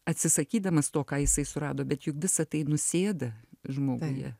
atsisakydamas to ką jisai surado bet juk visa tai nusėda žmoguje